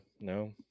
no